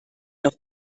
noch